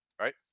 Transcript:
right